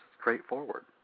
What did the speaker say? straightforward